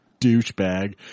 douchebag